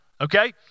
okay